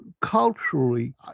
culturally